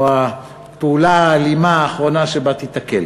או הפעולה האלימה האחרונה שבה תיתקל.